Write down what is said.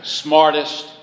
smartest